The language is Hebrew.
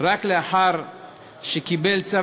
נחקרים בפני רשם ואחר כך נקבע להם צו